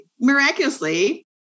miraculously